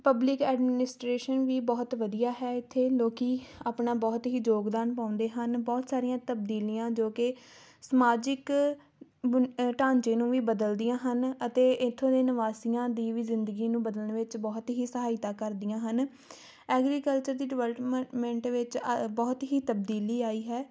public administration ਵੀ ਬਹੁਤ ਵਧੀਆ ਹੈ ਇੱਥੇ ਲੋਕ ਆਪਣਾ ਬਹੁਤ ਹੀ ਯੋਗਦਾਨ ਪਾਉਂਦੇ ਹਨ ਬਹੁਤ ਸਾਰੀਆਂ ਤਬਦੀਲੀਆਂ ਜੋ ਕਿ ਸਮਾਜਿਕ ਬੁਨ ਢਾਂਚੇ ਨੂੰ ਵੀ ਬਦਲਦੀਆਂ ਹਨ ਅਤੇ ਇੱਥੋਂ ਦੇ ਨਿਵਾਸੀਆਂ ਦੀ ਵੀ ਜ਼ਿੰਦਗੀ ਨੂੰ ਬਦਲਣ ਵਿੱਚ ਬਹੁਤ ਹੀ ਸਹਾਇਤਾ ਕਰਦੀਆਂ ਹਨ ਐਗਰੀਕਲਚਰ ਦੀ ਡਿਵੈਲਪਮੈਂਮੈਂਟ ਵਿੱਚ ਬਹੁਤ ਹੀ ਤਬਦੀਲੀ ਆਈ ਹੈ